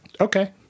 Okay